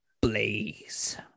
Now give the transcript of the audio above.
Blaze